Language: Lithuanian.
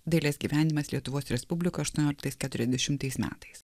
dailės gyvenimas lietuvos respublikoj aštuonioliktais keturiasdešimtais metais